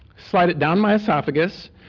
slide it down my oesophagus,